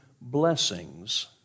blessings